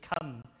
come